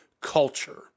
culture